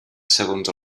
segons